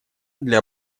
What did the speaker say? для